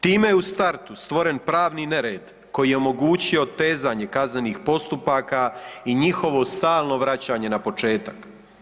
Time je u startu stvoren pravni nered koji je omogućio otezanje kaznenih postupaka i njihovo stalno vraćanje na početak.